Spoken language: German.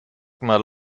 mal